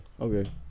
Okay